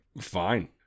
fine